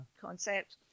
concept